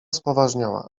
spoważniała